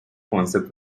concept